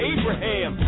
Abraham